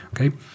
Okay